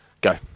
Go